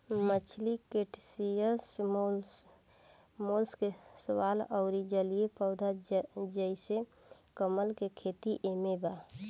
मछली crustaceans mollusc शैवाल अउर जलीय पौधा जइसे कमल के खेती एमे बा